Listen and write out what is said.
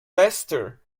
leicester